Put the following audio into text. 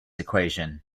equation